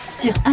sur